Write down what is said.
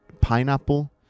pineapple